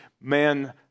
man